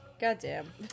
goddamn